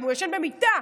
אם הם ישנים במיטה.